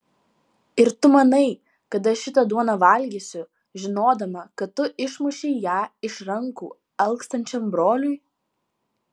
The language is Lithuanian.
ir tu manai kad aš šitą duoną valgysiu žinodama kad tu išmušei ją iš rankų alkstančiam broliui